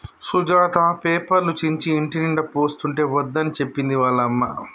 సుజాత పేపర్లు చించి ఇంటినిండా పోస్తుంటే వద్దని చెప్పింది వాళ్ళ అమ్మ